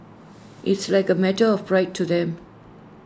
it's like A matter of pride to them